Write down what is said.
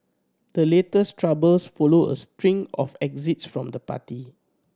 the latest troubles follow a string of exits from the party